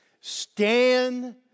stand